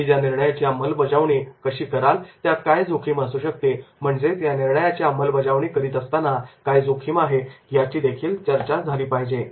तुम्ही या निर्णयाची अंमलबजावणी कशी कराल त्यातील जोखीम काय असू शकते म्हणजेच या निर्णयाची अंमलबजावणी करीत असताना काय जोखीम आहे याची देखील चर्चा झाली पाहिजे